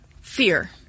fear